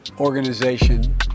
organization